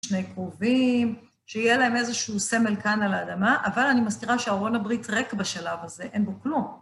שני קרובים, שיהיה להם איזשהו סמל כאן על האדמה, אבל אני מסתירה שארון הברית ריק בשלב הזה, אין בו כלום.